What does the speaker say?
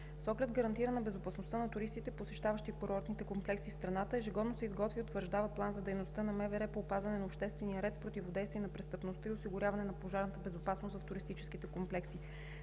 С оглед гарантиране безопасността на туристите, посещаващи курортните комплекси в страната, ежегодно се изготвя и утвърждава план за дейността на МВР по опазване на обществения ред, противодействие на престъпността и осигуряване на пожарната безопасност в туристическите комплекси.